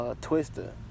Twister